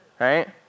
Right